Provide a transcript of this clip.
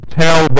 tell